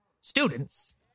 Students